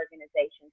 organizations